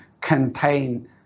contain